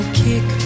kick